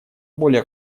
более